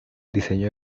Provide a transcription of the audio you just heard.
diseño